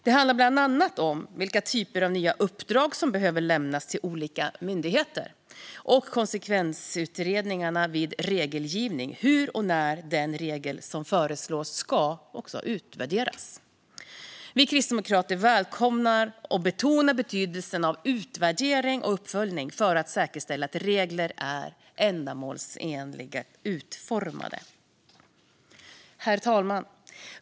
Det handlar bland annat om vilka typer av nya uppdrag som behöver lämnas till olika myndigheter och konsekvensutredningarna vid regelgivning, hur och när den regel som föreslås ska utvärderas. Vi kristdemokrater välkomnar och betonar betydelsen av utvärdering och uppföljning för att säkerställa att regler är ändamålsenligt utformade. Herr talman!